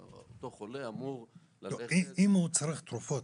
אותו רופא אמור ללכת --- אם הוא צריך תרופות,